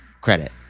credit